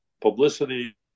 publicity